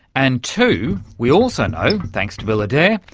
and two, we also know, thanks to bill adair,